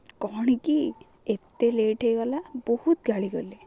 କ'ଣ କିି ଏତେ ଲେଟ୍ ହୋଇଗଲା ବହୁତ ଗାଳି ଗଲେ